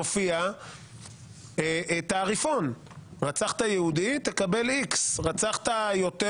מופיע תעריפון: רצחת היהודי תקבל X; רצחת יותר